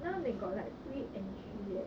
now they got like free entry leh